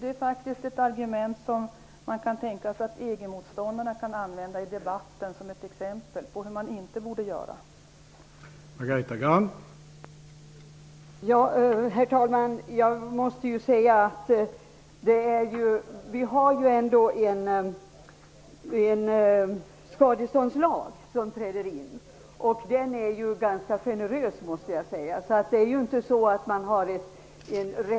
Det är faktiskt ett argument som EG-motståndarna kan tänkas använda i debatten som ett exempel på hur det inte skall gå till.